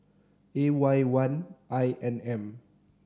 A Y one I N M